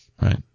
Right